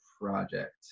project